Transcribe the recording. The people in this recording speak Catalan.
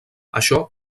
això